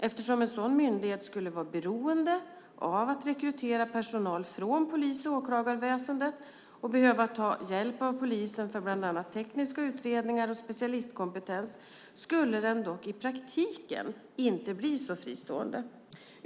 Eftersom en sådan myndighet skulle vara beroende av att rekrytera personal från polis och åklagarväsendet och behöva ta hjälp av polisen för bland annat tekniska utredningar och specialistkompetens, skulle den dock i praktiken inte bli så fristående.